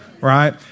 Right